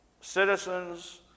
citizens